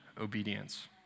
obedience